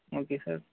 okay sir